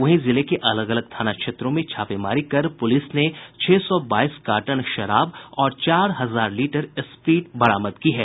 वहीं जिले के अलग अलग थाना क्षेत्रों में छापेमारी कर पुलिस ने छह सौ बाईस कार्टन विदेशी शराब और चार हजार लीटर स्प्रीट बरामद की है